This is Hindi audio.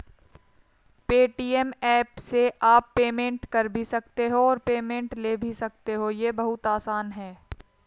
पेटीएम ऐप से आप पेमेंट कर भी सकते हो और पेमेंट ले भी सकते हो, ये बहुत आसान है